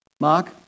mark